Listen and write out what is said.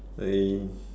I